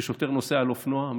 ששוטר נוסע על אופנוע,